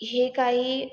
हे काही